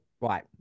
right